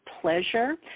pleasure